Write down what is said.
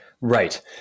right